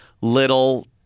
little